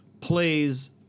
plays